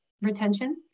retention